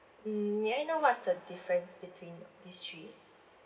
mm may I know what's the difference between these three